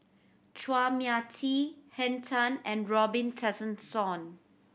Chua Mia Tee Henn Tan and Robin Tessensohn